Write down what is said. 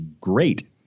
great